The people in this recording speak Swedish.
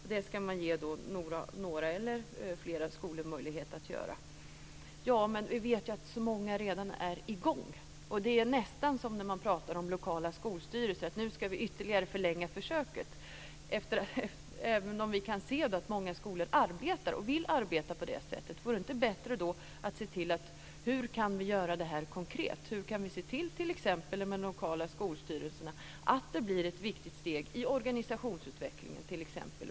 Men vi vet ju att så många redan är i gång! Det blir nästan som när man pratar om lokala skolstyrelser. Nu ska vi ytterligare förlänga försöket, säger man, även om vi kan se att många skolor arbetar och vill arbeta på det sättet. Vore det då inte bättre att se till hur vi kan göra detta konkret och t.ex. se till att de lokala skolstyrelserna blir ett viktigt steg i organisationsutvecklingen?